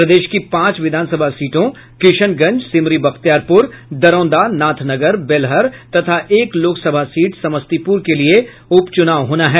प्रदेश की पांच विधानसभा सीटों किशनगंज सिमरी बख्तियारपुर दरौंदा नाथनगर बेलहर तथा एक लोकसभा सीट समस्तीपुर के लिए उपचुनाव होना है